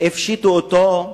הפשיטו אותו,